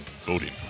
voting